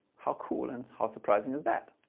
how cool and how surprising is that?